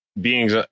beings